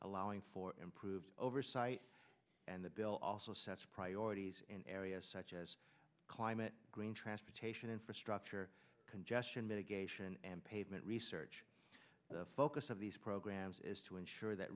allowing for improved oversight and the bill also sets priorities in areas such as climate green transportation infrastructure congestion mitigation and pavement research the focus of these programs is to ensure that